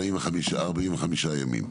45 ימים.